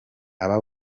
aba